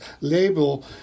label